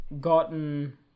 gotten